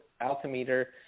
altimeter